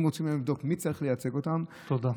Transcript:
אם רוצים לבדוק מי צריך לייצג אותם, תודה.